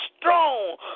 strong